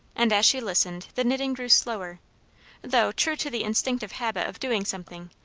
and as she listened, the knitting grew slower though, true to the instinctive habit of doing something,